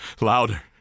Louder